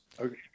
Okay